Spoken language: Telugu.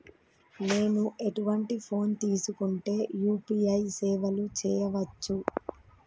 నేను ఎటువంటి ఫోన్ తీసుకుంటే యూ.పీ.ఐ సేవలు చేయవచ్చు?